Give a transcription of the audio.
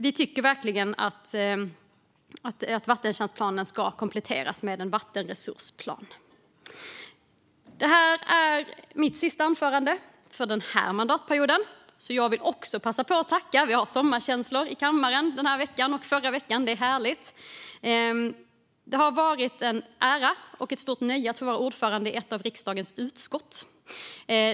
Vi tycker verkligen att vattentjänstplanen ska kompletteras med en vattenresursplan. Detta är mitt sista anförande för denna mandatperiod, så jag vill också passa på att tacka. Det har varit sommarkänslor i kammaren den här veckan och den förra veckan. Det är härligt. Det har varit en ära och ett stort nöje att få vara ordförande i ett av riksdagens utskott.